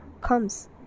comes